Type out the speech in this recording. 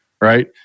right